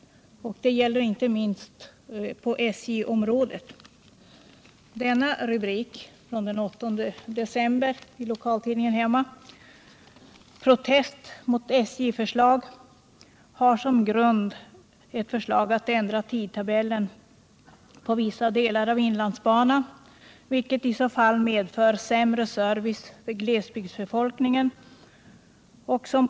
Det gäller inte minst på SJ-området. Rubriken ”Protest mot SJ-förslag” i lokaltidningen hemma för den 8 december har som grund ett förslag att ändra tidtabellen på vissa delar av inlandsbanan, vilket skulle medföra sämre service till glesbygdsbefolkningen.